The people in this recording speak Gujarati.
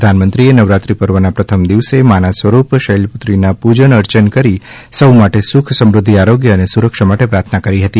પ્રધાનમંત્રીએ નવરાત્રી પર્વનાં પ્રથમ દિવસે માના સ્વરૂપ શૈલપુત્રીનાં પૂજન અર્ચન કરી સૌના માટે સુખ સમૃધ્ધિ આરોગ્ય અને સુરક્ષા માટે પ્રા ર્થના કરી હતી